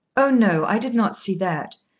oh no i did not see that.